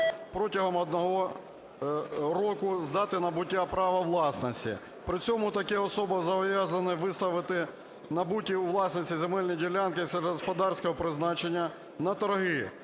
протягом одного року з дати набуття права власності. При цьому такі особи зобов’язані виставити набуті у власність земельні ділянки сільськогосподарського призначення на торги